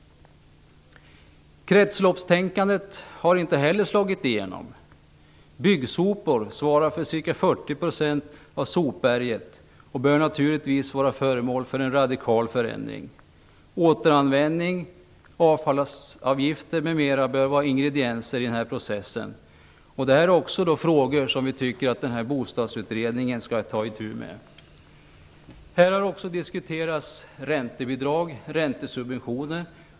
Kretsloppstänkandet har inte heller slagit igenom. Byggsopor svarar för ca 40 % av sopberget och bör naturligtvis vara föremål för en radikal förändring. Återanvändning, avfallsavgifter m.m. bör vara ingredienser i den processen. Detta är också frågor som vi anser att Bostadsutredningen skall ta itu med. Här har också diskuterats räntebidrag och räntesubventioner.